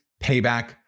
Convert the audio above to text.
payback